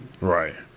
Right